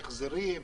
החזרים,